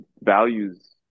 values